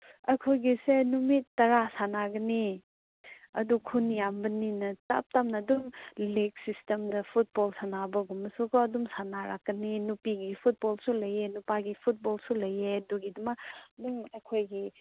ꯑꯩꯈꯣꯏꯒꯤꯁꯦ ꯅꯨꯃꯤꯠ ꯇꯔꯥ ꯁꯥꯟꯅꯒꯅꯤ ꯑꯗꯨ ꯈꯨꯟ ꯌꯥꯝꯕꯅꯤꯅ ꯇꯞꯅ ꯇꯞꯅ ꯑꯗꯨꯝ ꯂꯤꯛ ꯁꯤꯁꯇꯦꯝꯗ ꯐꯨꯠꯕꯣꯜ ꯁꯥꯟꯅꯕꯒꯨꯝꯕꯁꯨꯀꯣ ꯑꯗꯨꯝ ꯁꯥꯟꯅꯔꯛꯀꯅꯤ ꯅꯨꯄꯤꯒꯤ ꯐꯨꯠꯕꯣꯜꯁꯨ ꯂꯩꯌꯦ ꯅꯨꯄꯥꯒꯤ ꯐꯨꯠꯕꯣꯜꯁꯨ ꯂꯩꯌꯦ ꯑꯗꯨꯒꯤꯗꯃꯛ ꯑꯗꯨꯝ ꯑꯩꯈꯣꯏꯒꯤ